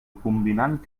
combinant